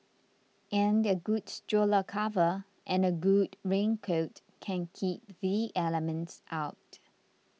and a good stroller cover and good raincoat can keep the elements out